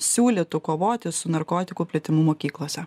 siūlytų kovoti su narkotikų plitimu mokyklose